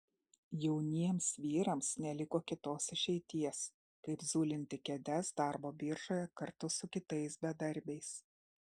jauniems vyrams neliko kitos išeities kaip zulinti kėdes darbo biržoje kartu su kitais bedarbiais